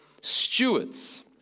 stewards